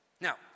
Now